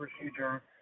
procedure